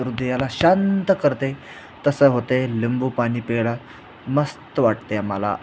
हृदयाला शांत करते तसं होत आहे लिंबू पानी प्यालं मस्त वाटते आम्हाला